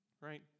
right